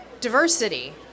diversity